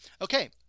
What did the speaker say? Okay